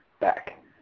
back